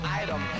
item